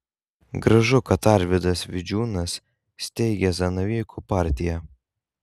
gražu kad arvydas vidžiūnas steigia zanavykų partiją